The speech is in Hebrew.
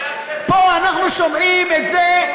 פה אנחנו שומעים את זה,